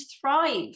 thrive